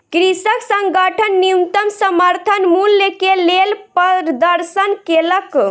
कृषक संगठन न्यूनतम समर्थन मूल्य के लेल प्रदर्शन केलक